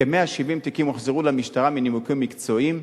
כ-170 תיקים הוחזרו למשטרה מנימוקים מקצועיים.